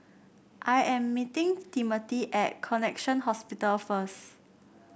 I am meeting Timothy at Connexion Hospital first